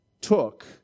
took